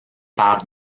par